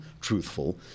truthful